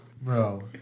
bro